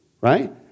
right